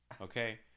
Okay